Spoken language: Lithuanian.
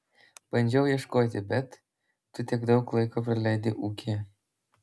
bandžiau ieškoti bet tu tiek daug laiko praleidi ūkyje